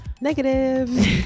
negative